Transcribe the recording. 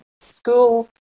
school